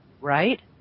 right